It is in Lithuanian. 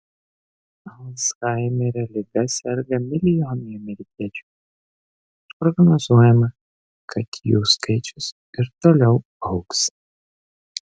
alzhaimerio liga serga milijonai amerikiečių ir prognozuojama kad jų skaičius ir toliau augs